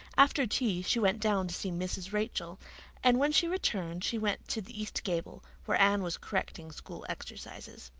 after tea she went down to see mrs. rachel and when she returned she went to the east gable, where anne was correcting school exercises.